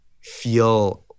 feel